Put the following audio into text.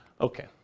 Okay